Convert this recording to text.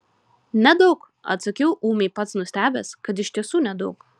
nedaug atsakiau ūmiai pats nustebęs kad iš tiesų nedaug